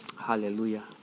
Hallelujah